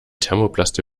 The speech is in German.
thermoplaste